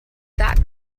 that